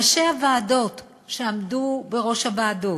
ראשי הוועדות, שעמדו בראש הוועדות,